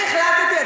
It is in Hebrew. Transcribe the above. אני החלטתי,